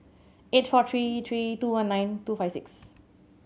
eight four three three two one nine two five six